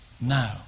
now